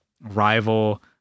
rival